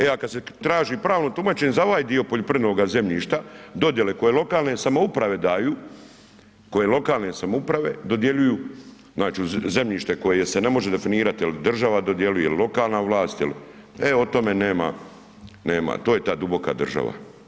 A kad se pravno tumačenje za ovaj dio poljoprivrednoga zemljišta, dodjele koje lokalne samouprave daju, koje lokalne samouprave dodjeljuju znači uz zemljište koje se ne može definirati jel država dodjeljuje, jel lokalna vlast, e o tome nema, to je ta duboka država.